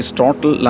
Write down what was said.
total